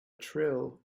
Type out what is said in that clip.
trill